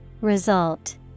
Result